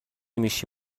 میشی